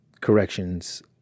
corrections